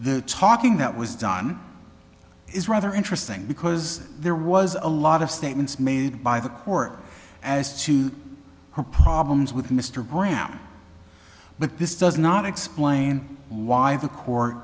the talking that was done is rather interesting because there was a lot of statements made by the court as to her problems with mr graham but this does not explain why the co